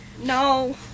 No